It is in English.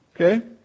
okay